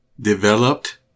Developed